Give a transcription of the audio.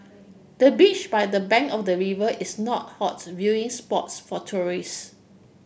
the bench by the bank of the river is not hot viewing spots for tourists